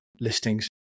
listings